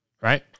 right